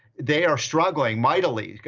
they are struggling mightily.